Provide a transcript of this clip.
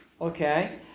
okay